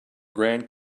grand